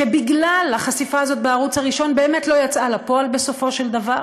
ובגלל החשיפה הזאת בערוץ הראשון היא באמת לא יצאה לפועל בסופו של דבר,